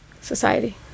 Society